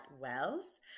Wells